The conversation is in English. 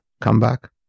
comeback